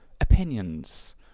opinions